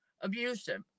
abusive